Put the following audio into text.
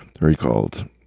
recalled